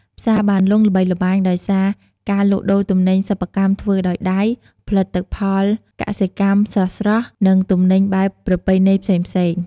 ផ្សារបានលុងល្បីល្បាញដោយសារការលក់ដូរទំនិញសិប្បកម្មធ្វើដោយដៃ ផលិតផលកសិកម្មស្រស់ៗ និងទំនិញបែបប្រពៃណីផ្សេងៗ។